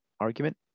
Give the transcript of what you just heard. argument